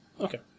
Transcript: Okay